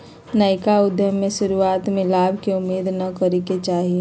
नयका उद्यम में शुरुआते में लाभ के उम्मेद न करेके चाही